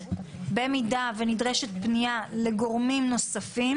במידה ונדרשת פנייה לגורמים נוספים